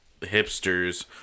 hipsters